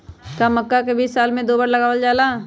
का मक्का के बीज साल में दो बार लगावल जला?